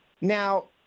Now